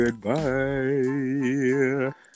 goodbye